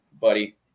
buddy